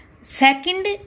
second